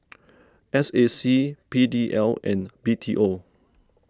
S A C P D L and B T O